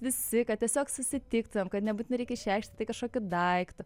visi tiesiog susitiktumėm kad nebūtinai reikia išreikšti tai kažkokiu daiktu